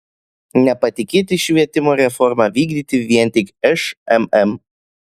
nepatikėti švietimo reformą vykdyti vien tik šmm